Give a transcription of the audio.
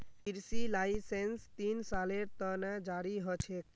कृषि लाइसेंस तीन सालेर त न जारी ह छेक